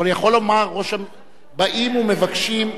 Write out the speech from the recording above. באים ומבקשים,